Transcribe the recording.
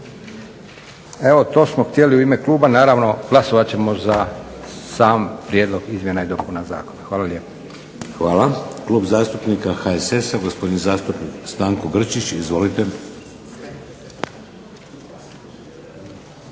Evo to smo htjeli u ime kluba, naravno glasovat ćemo za sam prijedlog izmjena i dopuna zakona. Hvala lijepo. **Šeks, Vladimir (HDZ)** Hvala. Klub zastupnika HSS-a gospodin zastupnik Stanko Grčić. Izvolite.